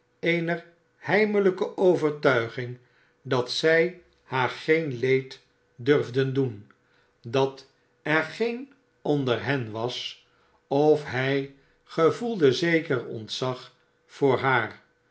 eener heimelijke overtuiging dat zij haar geen leed durfden doen v dat er geen onder hen was of hij gevoelde zeker ontzag voor haar